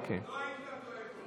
לא היית טועה כל כך.